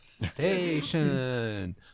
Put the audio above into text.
Station